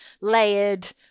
layered